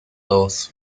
aus